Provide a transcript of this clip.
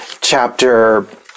chapter